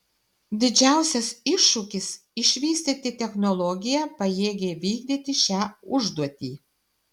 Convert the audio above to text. didžiausias iššūkis išvystyti technologiją pajėgią įvykdyti šią užduotį